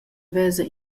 vesa